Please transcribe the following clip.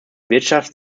wirtschaft